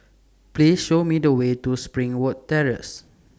Please Show Me The Way to Springwood Terrace